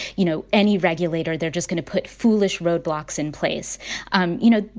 you know, any regulator, they're just going to put foolish roadblocks in place um you know,